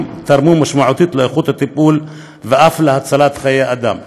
תרמו משמעותית לאיכות הטיפול ואף להצלת חיי אדם.